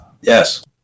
Yes